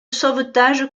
sauvetages